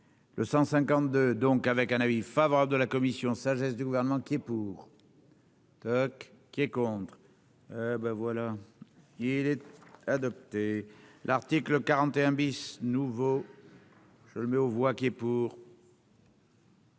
le 152 donc, avec un avis favorable de la commission sagesse du gouvernement qui est pour. Toc qui est contre, ben voilà, il est adopté l'article 41 bis nouveau je le mets aux voix qui est pour.